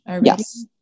Yes